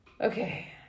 Okay